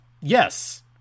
yes